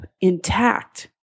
intact